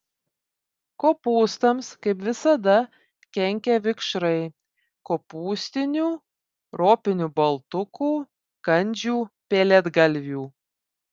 kopūstams kaip visada kenkia vikšrai kopūstinių ropinių baltukų kandžių pelėdgalvių